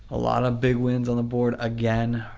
a lot of big wins on the board again.